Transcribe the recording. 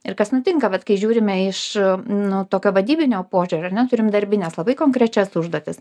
ir kas nutinka vat kai žiūrime iš nu tokio vadybinio požiūrio ar ne turim darbines labai konkrečias užduotis